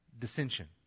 Dissension